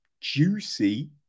juicy